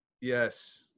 Yes